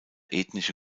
ethnische